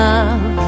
Love